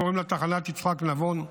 שקוראים לה "תחנת יצחק נבון",